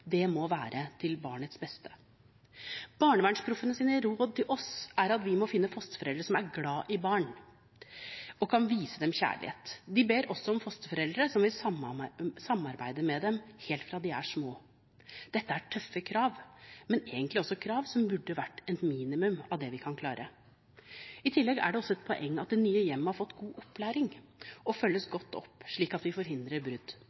– må være til barnets beste. Barnevernsproffenes råd til oss er at vi må finne fosterforeldre som er glad i barn, og kan vise dem kjærlighet. De ber også om fosterforeldre som vil samarbeide med dem helt fra barna er små. Dette er tøffe krav, men egentlig også krav som burde være et minimum av det vi kan klare. I tillegg er det et poeng at det nye hjemmet har fått god opplæring og følges godt opp, slik at vi forhindrer brudd.